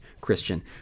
Christian